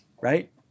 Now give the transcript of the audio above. right